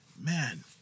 man